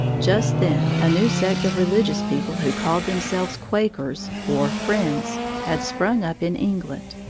just then a new sect of religious people who called themselves quakers, or friends, had sprung up in england.